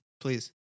Please